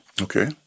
Okay